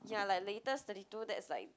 ya like latest thirty two that's like